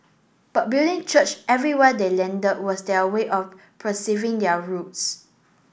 but building church everywhere they landed was their way of preserving their roots